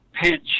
pinch